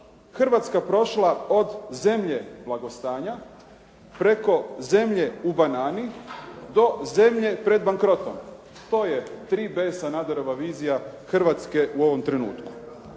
Hrvatska prošla od zemlje blagostanja, preko zemlje u banani, do zemlje pred bankrotom. To je 3B Sanaderova vizija Hrvatske u ovom trenutku.